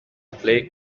play